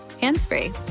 hands-free